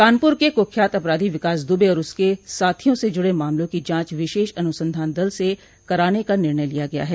कानपुर के कुख्यात अपराधी विकास दुबे और उसके साथियों से जुड़े मामलों की जांच विशेष अनुसंधान दल से कराने का निर्णय लिया गया है